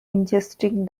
ingesting